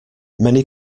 many